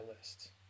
list